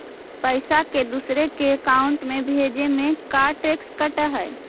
पैसा के दूसरे के अकाउंट में भेजें में का टैक्स कट है?